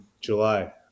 July